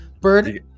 Bird